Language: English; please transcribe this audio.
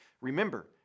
Remember